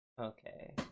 Okay